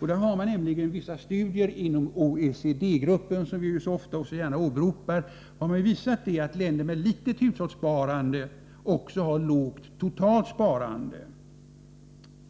Man har gjort vissa studier inom OECD-gruppen — som vi så ofta och så gärna åberopar — där man har visat att länder med litet hushållssparande också har lågt totalt sparande.